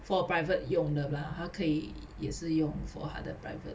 for private 用的吧他可以也是用 for 他的 private